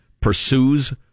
pursues